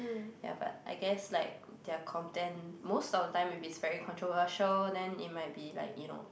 ya but I guess like their content most of the time maybe it's very controversial then it might be like you know